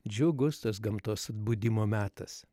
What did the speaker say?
džiugus tas gamtos atbudimo metas